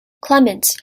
clements